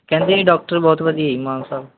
ਕਹਿੰਦੇ ਜੀ ਡਾਕਟਰ ਬਹੁਤ ਵਧੀਆ ਜੀ ਮਾਨਸਾ